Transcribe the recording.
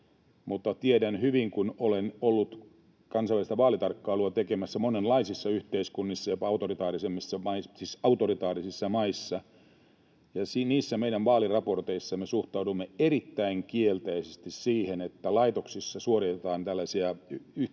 mutta kun olen ollut kansainvälistä vaalitarkkailua tekemässä monenlaisissa yhteiskunnissa, jopa autoritaarisissa maissa, niin niissä meidän vaaliraporteissamme me suhtaudumme erittäin kielteisesti siihen, että laitoksissa suoritetaan tällaisia yhteisäänestyksiä,